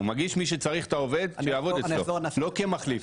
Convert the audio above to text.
מגיש מי שצריך את העובד שיעבוד אצלו לא כמחליף,